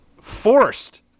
forced